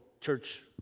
church